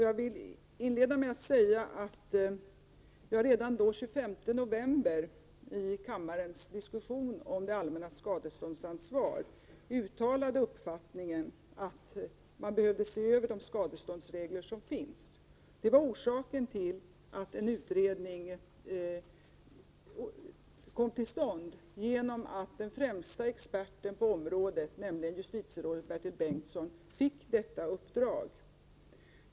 Jag vill inleda med att säga att jag redan den 25 november i kammarens diskussion om det allmännas skadeståndsansvar uttalade uppfattningen att man behövde se över de skadeståndsregler som finns. Det var orsaken till att en utredning kom till stånd genom att den främste experten på området, nämligen justitierådet Bertil Bengtsson, fick detta uppdrag.